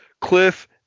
Cliff